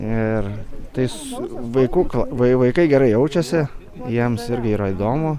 ir tais vaikų kla vai vaikai gerai jaučiasi jiems irgi yra įdomu